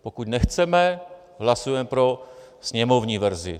Pokud nechceme, hlasujeme pro sněmovní verzi.